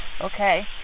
okay